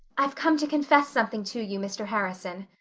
i've come to confess something to you, mr. harrison,